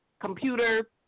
computer